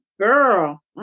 girl